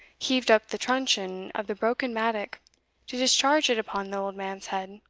heaved up the truncheon of the broken mattock to discharge it upon the old man's head.